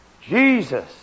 Jesus